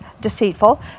deceitful